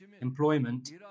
employment